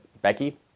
Becky